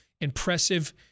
impressive